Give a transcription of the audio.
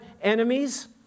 enemies